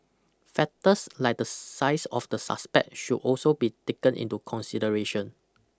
factors like the size of the suspect should also be taken into consideration